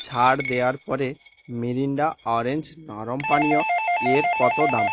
ছাড় দেওয়ার পরে মিরিন্ডা অরেঞ্জ নরম পানীয় এর কত দাম